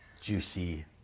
juicy